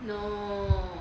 no